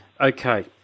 Okay